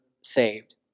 saved